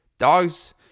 Dogs